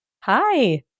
Hi